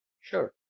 Sure